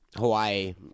Hawaii